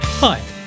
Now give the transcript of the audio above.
Hi